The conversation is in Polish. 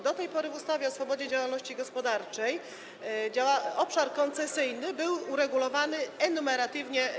Do tej pory w ustawie o swobodzie działalności gospodarczej obszar koncesyjny był uregulowany enumeratywnie.